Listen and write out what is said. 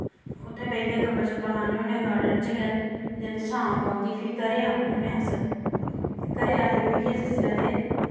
उत्थै बेहियै गप्पां शप्पां लाने होने गार्डन च गै जिल्लै शाम पौंदी फ्ही घरे औने होने अस घरे आई उइयै जिसलै ते